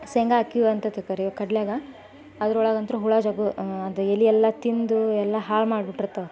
ಶೇಂಗ ಹಾಕೀವಂತ ತಗೋರಿ ಕಡ್ಲೆಯಾಗೆ ಅದ್ರೊಳಗಂತೂ ಹುಳ ಜಗ್ಗು ಅದು ಎಲೆಯೆಲ್ಲ ತಿಂದು ಎಲ್ಲ ಹಾಳು ಮಾಡಿ ಬಿಟ್ಟಿರ್ತವೆ